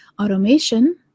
automation